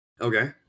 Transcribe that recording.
Okay